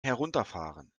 herunterfahren